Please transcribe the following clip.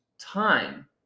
time